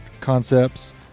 Concepts